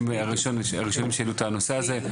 הם הראשונים שהעלו את הנושא הזה.